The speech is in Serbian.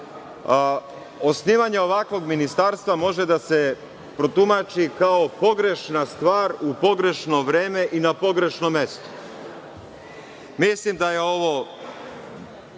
osnivanje ovakvog ministarstva može da se protumači kao pogrešna stvar, u pogrešno vreme i na pogrešno mesto. Mislim da je ovo